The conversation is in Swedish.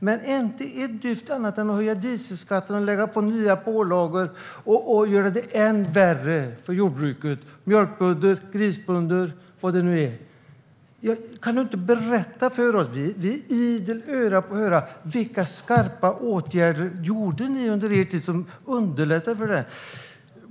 Men ni gjorde inte ett dyft mer än att höja dieselskatten, lägga på nya pålagor och göra det än värre för jordbruket - mjölkbönder, grisbönder och så vidare. Kan du inte berätta för oss, Magnus Oscarsson - vi är idel öra - vilka skarpa åtgärder som ni vidtog under er tid och som underlättade för jordbruket?